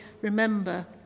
remember